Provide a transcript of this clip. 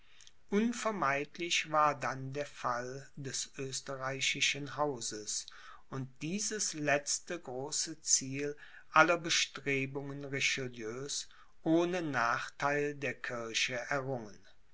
unvermeidlich war dann der fall des österreichischen hauses und dieses letzte große ziel aller bestrebungen richelieus ohne nachtheil der kirche errungen